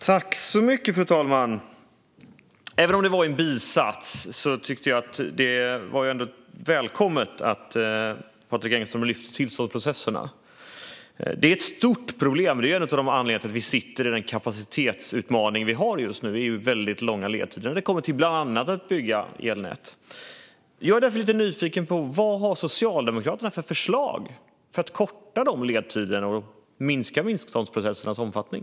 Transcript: Fru talman! Även om det var i en bisats var det välkommet att Patrik Engström lyfte upp tillståndsprocesserna. De är ett stort problem och en av anledningarna till att vi har den kapacitetsutmaning som vi har just nu, med långa ledtider när det kommer till att bygga bland annat elnät. Jag är därför lite nyfiken: Vad har Socialdemokraterna för förslag för att korta ledtiderna och minska tillståndsprocessernas omfattning?